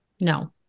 no